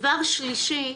דבר שלישי,